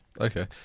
Okay